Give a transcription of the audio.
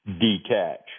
detach